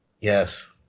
Yes